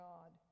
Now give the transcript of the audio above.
God